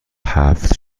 هفت